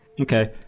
Okay